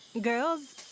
Girls